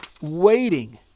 waiting